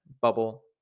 bubble